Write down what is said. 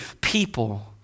people